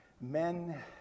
men